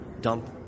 dump